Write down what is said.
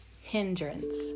hindrance